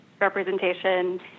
representation